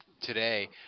today